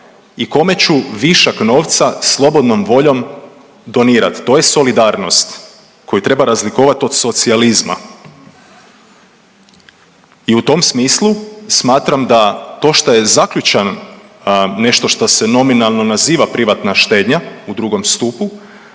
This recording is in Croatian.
I kome ću višak novca slobodnom voljom donirati, to je solidarnost koju treba razlikovati od socijalizma. I u tom smislu smatram da to što je zaključan nešto što se nominalno naziva privatna štednja u drugom stupu,